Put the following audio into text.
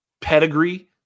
pedigree